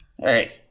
Hey